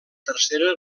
tercera